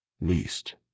least